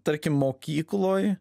tarkim mokykloj